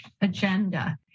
agenda